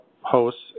hosts